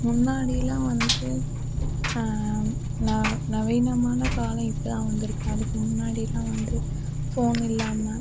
முன்னாடிலான் வந்து ந நவீனமான காலம் இப்போதான் வந்துயிருக்கு அதுக்கு முன்னாடிலான் வந்து ஃபோன் இல்லாமல்